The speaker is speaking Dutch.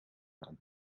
aan